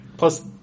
Plus